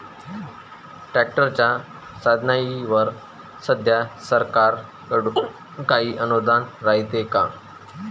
ट्रॅक्टरच्या साधनाईवर सध्या सरकार कडून काही अनुदान रायते का?